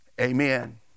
Amen